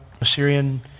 Assyrian